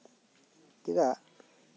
ᱪᱮᱫᱟᱜ